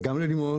וגם ללימור